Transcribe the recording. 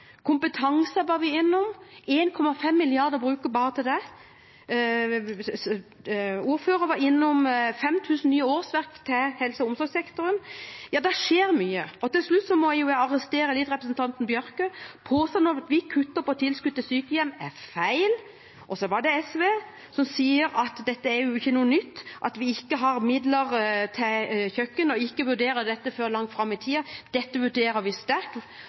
var inne på 5 000 nye årsverk i helse- og omsorgssektoren. Ja, det skjer mye. Til slutt må jeg arrestere representanten Bjørke. Påstanden om at vi kutter tilskuddene til sykehjem, er feil. Og så til SV, som sier at det ikke er noe nytt at vi ikke har midler til kjøkken og ikke vurderer dette før langt fram i tid: Dette vurderer vi sterkt,